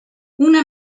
una